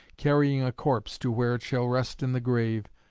carrying a corpse to where it shall rest in the grave,